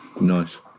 Nice